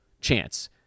chance